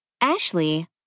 Ashley